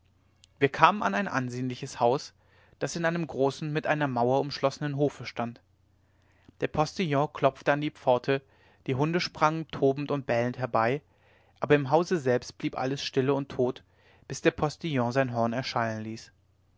wir kamen an ein ansehnliches haus das in einem großen mit einer mauer umschlossenen hofe stand der postillion klopfte an die pforte die hunde sprangen tobend und bellend herbei aber im hause selbst blieb alles stille und tot bis der postillion sein horn erschallen ließ